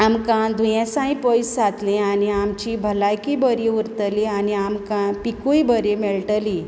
आमकां दुयेंसांय पयस जातलीं आनी आमची भलायकी बरी उरतली आनी आमकां पिकूय बरी मेळटली